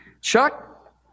Chuck